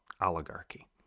oligarchy